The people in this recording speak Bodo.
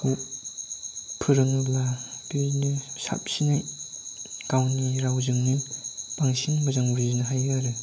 फोरोङोब्ला बेनो साबसिनै गावनि रावजोंनो बांसिन मोजां बुजिनो हायो आरो